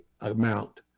amount